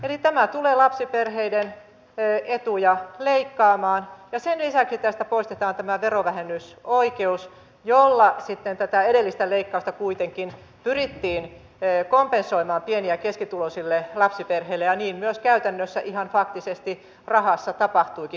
eli tämä tulee lapsiperheiden etuja leikkaamaan ja sen lisäksi tästä poistetaan tämä verovähennysoikeus jolla sitten tätä edellistä leikkausta kuitenkin pyrittiin kompensoimaan pieni ja keskituloisille lapsiperheille ja niin myös käytännössä ihan faktisesti rahassa tapahtuikin